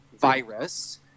virus